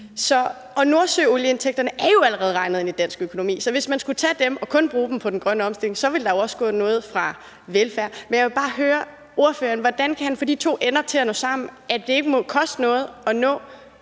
Nordsøolieindtægterne er jo allerede regnet ind i dansk økonomi, så hvis man skulle tage dem og kun bruge dem på den grønne omstilling, så ville der også gå noget fra velfærd. Men jeg vil bare høre ordføreren, hvordan han kan få de to ender til at nå sammen, altså at det ikke må koste noget at nå